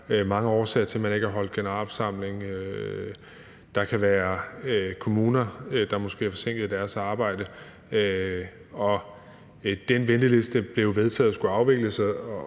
mange årsager til, at man ikke har holdt generalforsamling. Der kan være kommuner, der måske er blevet forsinket i deres arbejde. Det blev vedtaget, at den venteliste skulle afvikles,